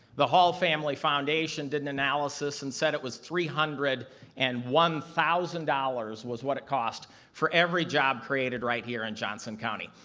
the hall family foundation did an analysis and said it was three hundred and one thousand dollars was what it cost for every job created right here in johnson county.